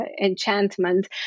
enchantment